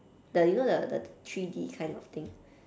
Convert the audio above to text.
the you know the the three D kind of thing